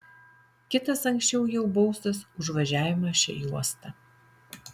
kitas anksčiau jau baustas už važiavimą šia juosta